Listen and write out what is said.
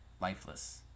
lifeless